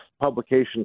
publication